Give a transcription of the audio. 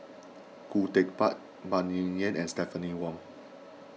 Khoo Teck Puat Phan Ming Yen and Stephanie Wong